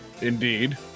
Indeed